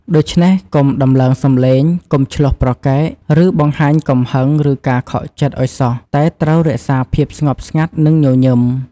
ដូច្នេះ កុំដំឡើងសំឡេង កុំឈ្លោះប្រកែក ឬបង្ហាញកំហឹង ឬការខកចិត្តឱ្យសោះ តែត្រូវរក្សាភាពស្ងប់ស្ងាត់ និងញញឹម។